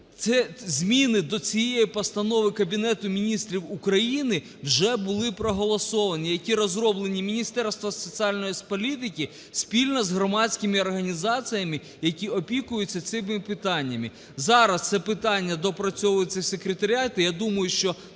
зміни до цієї постанови Кабінету Міністрів України вже були проголосовані, які розроблені Міністерством соціальної політики спільно з громадськими організаціями, які опікуються цими питаннями. Зараз це питання доопрацьовується в секретаріаті. Я думаю, що